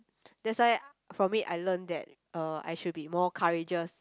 that's why for me I learn that uh I should be more courageous